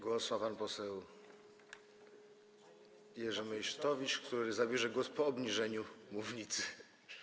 Głos ma pan poseł Jerzy Meysztowicz, który zabierze głos po obniżeniu mównicy.